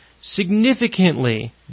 significantly